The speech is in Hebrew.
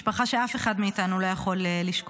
משפחה שאף אחד מאיתנו לא יכול לשכוח,